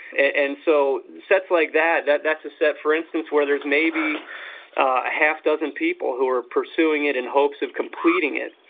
and so sets like that, that a set for instance where there's maybe a half dozen people who are pursuing it in hopes of completing it.